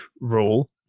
rule